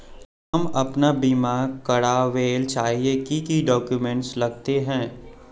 हम अपन बीमा करावेल चाहिए की की डक्यूमेंट्स लगते है?